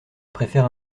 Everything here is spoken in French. préfère